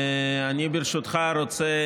אני ברשותך רוצה